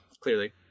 clearly